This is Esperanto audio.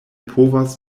povas